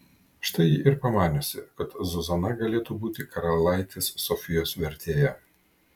štai ji ir pamaniusi kad zuzana galėtų būti karalaitės sofijos vertėja